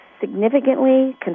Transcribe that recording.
significantly